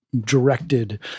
directed